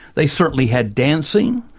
they certainly had dancing,